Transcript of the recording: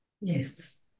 Yes